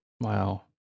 Wow